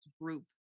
group